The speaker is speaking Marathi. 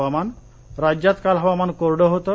हवामान राज्यात काल हवामान कोरडं होतं